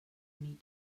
meet